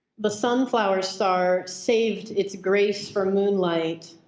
the sunflower star saved its grace from moonlight.